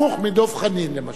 הפוך מדב חנין למשל.